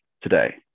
today